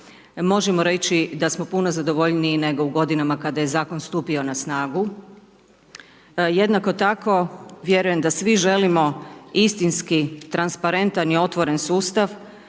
možemo reći da smo puno zadovoljniji nego u godinama kada je Zakon stupio na snagu, jednako tako, vjerujem da svi želimo istinski transparentan i otvoren sustav,